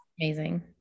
amazing